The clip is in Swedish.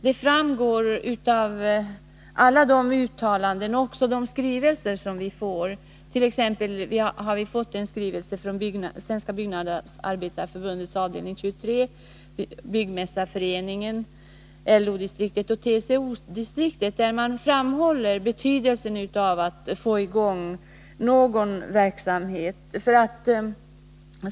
Det framgår av alla de uttalanden som har gjorts och av de skrivelser som vi har fått. Vi hart.ex. fått en skrivelse från Svenska byggnadsarbetareförbundets avdelning 23, Byggmästarföreningen, LO-distriktet och TCO-distriktet, där betydelsen av att vi får i gång byggnadsverksamheten framhålls.